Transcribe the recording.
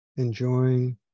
enjoying